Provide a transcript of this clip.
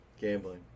gambling